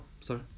sorry